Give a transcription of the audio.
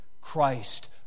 Christ